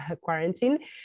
quarantine